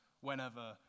whenever